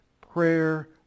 prayer